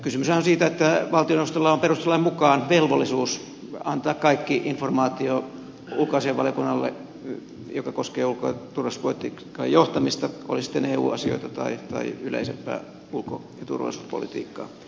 kysymyshän on siitä että valtioneuvostolla on perustuslain mukaan velvollisuus antaa kaikki se informaatio ulkoasiainvaliokunnalle joka koskee ulko ja turvallisuuspolitiikan johtamista oli se sitten eu asioita tai yleisempää ulko ja turvallisuuspolitiikkaa